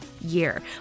year